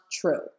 true